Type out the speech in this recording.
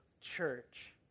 church